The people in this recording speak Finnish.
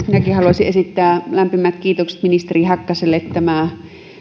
minäkin haluaisin esittää lämpimät kiitokset ministeri häkkäselle tämä